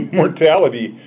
mortality